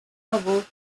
level